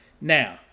Now